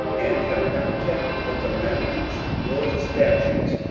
and have not kept the commandments, nor the statutes,